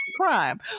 crime